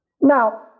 now